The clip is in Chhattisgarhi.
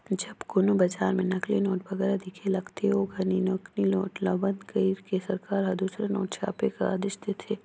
जब कोनो बजार में नकली नोट बगरा दिखे लगथे, ओ घनी नकली नोट ल बंद कइर के सरकार हर दूसर नोट छापे कर आदेस देथे